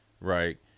right